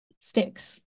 sticks